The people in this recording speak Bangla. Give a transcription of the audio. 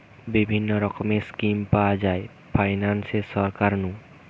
বিভিন্ন রকমের স্কিম পাওয়া যায় ফাইনান্সে সরকার নু